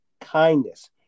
kindness